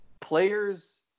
players